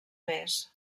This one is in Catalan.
més